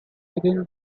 within